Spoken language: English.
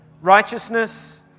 Righteousness